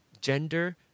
gender